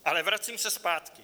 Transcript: Ale vracím se zpátky.